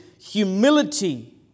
humility